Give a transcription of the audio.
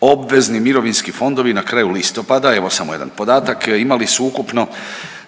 Obvezni mirovinski fondovi na kraju listopada, evo samo jedan podatak imali su ukupno